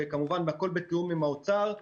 וכמובן הכול בתיאום עם האוצר,